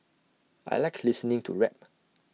I Like listening to rap